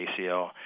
ACL